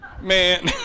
Man